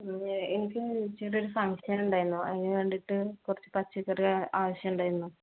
എനിക്ക് ചെറിയ ഒരു ഫംഗ്ഷന് ഉണ്ടായിരുന്നു അതിന് വേണ്ടിയിട്ട് കുറച്ച് പച്ചക്കറി ആവശ്യം ഉണ്ടായിരുന്നു